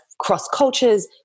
cross-cultures